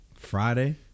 Friday